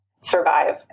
survive